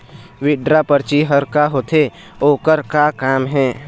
Withdraw परची हर का होते, ओकर का काम हे?